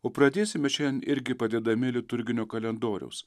o pradėsime šiandien irgi padedami liturginio kalendoriaus